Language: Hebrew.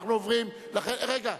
תודה רבה.